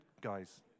guys